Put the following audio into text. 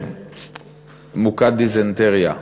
מוכת דיזנטריה.